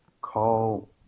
call